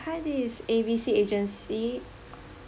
hi this is A B C agency are you